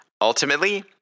Ultimately